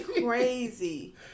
crazy